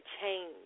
change